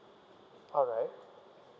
alright